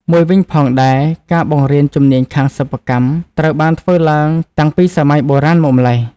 មួយវិញផងដែរការបង្រៀនជំនាញខាងសិប្បកម្មត្រូវបានធ្វើឡើងតាំងពីសម័យបុរាណមកម្លេះ។